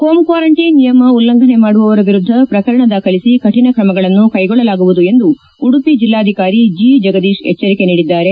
home quarantine ನಿಯಮ ಉಲ್ಲಂಘನೆ ಮಾಡುವವರ ವಿರುದ್ದ ಪ್ರಕರಣ ದಾಖಲಿಸಿ ಕಠಿಣ ಕ್ರಮಗಳನ್ನು ಕೈಗೊಳ್ಳಲಾಗುವುದು ಎಂದು ಉಡುಪಿ ಜಿಲ್ಲಾಧಿಕಾರಿ ಜಿ ಜಗದೀಶ್ ಎಚ್ಗರಿಕೆ ನೀಡಿದ್ದಾರೆ